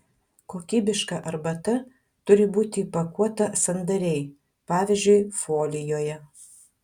kokybiška arbata turi būti įpakuota sandariai pavyzdžiui folijoje